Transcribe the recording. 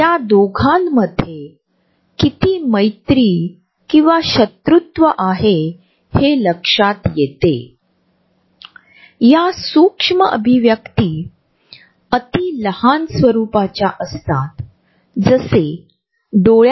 जेव्हा आपण चालतो किंवा उभे राहतो तेव्हा आपण आपल्या शरीरास आवश्यक असलेली फक्त जागा व्यापत नाही परंतु असे म्हणू शकता की एक अदृश्य फुगा आपल्या आजूबाजूला सर्व बाजूंनी घेरला आहे आणि आम्ही अदृश्य फूग्याची जागा देखील आपल्या शरीराचा एक भाग मानतो